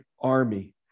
army